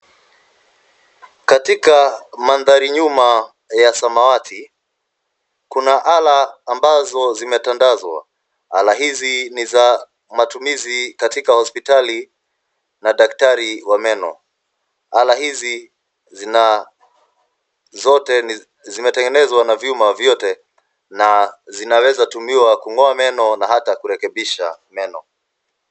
Katika mandhari nyuma ya samawati. Kuna ala ambazo zimetandazwa. Ala hizi ni za matumizi katika hosiptali na dakatri wa meno. Ala hizi zote zimetengenezwa na vyuma vyote, na zinaweza kung'oa meno na hata kurekebisha meno.